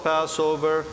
Passover